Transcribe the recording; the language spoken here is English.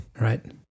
Right